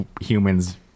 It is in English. humans